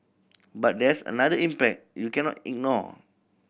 but there's another impact you cannot ignore